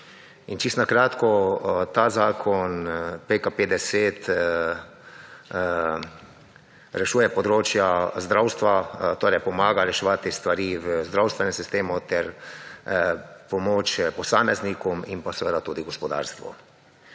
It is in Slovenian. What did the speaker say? čisto na kratko, ta zakon PKP10 rešuje področja zdravstva, torej pomaga reševati stvari v zdravstvenem sistemu ter pomoč posameznikom in pa seveda tudi gospodarstvu.